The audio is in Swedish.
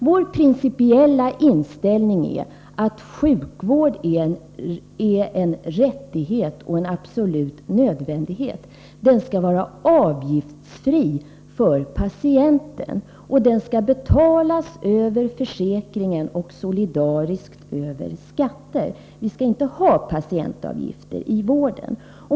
Vår principiella inställning är att sjukvård är en rättighet och en absolut nödvändighet. Den skall vara avgiftsfri för patienten, och den skall betalas över försäkringen och solidariskt över skatterna. Vi skall inte ha patientavgifter i vården.